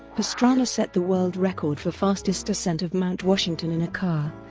pastrana set the world record for fastest ascent of mount washington in a car,